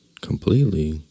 completely